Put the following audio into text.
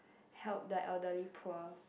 help the elderly poor